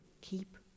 keep